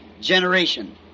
generation